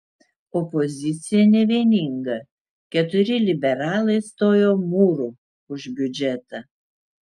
opozicija nevieninga keturi liberalai stojo mūru už biudžetą